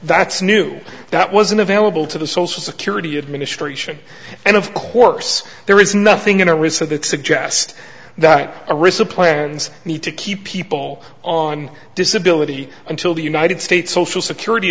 that's new that wasn't available to the social security administration and of course there is nothing in our recent that suggest that a resupply hands need to keep people on disability until the united states social security